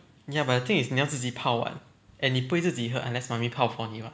ya but the thing is 你呀自己泡 [what] and 你不会自己喝 unless mummy 泡 for 你 [what]